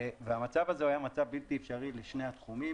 המצב הזה היה מצב בלתי אפשרי לשני התחומים